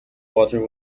water